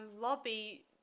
lobby